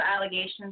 allegations